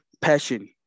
passion